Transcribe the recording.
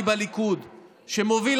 מענק שמפוצל לשניים,